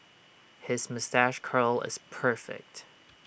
his moustache curl is perfect